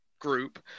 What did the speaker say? group